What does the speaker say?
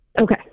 Okay